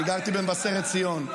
אני גרתי במבשרת ציון,